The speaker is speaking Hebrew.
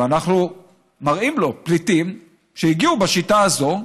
אנחנו מראים לו פליטים שהגיעו בשיטה הזאת.